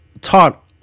taught